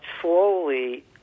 slowly